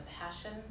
passion